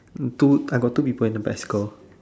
two I got the two people in the bicycle